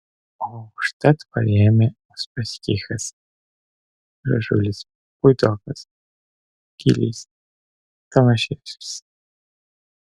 o užtat parėmė uspaskichas gražulis puidokas gylys tomaševskis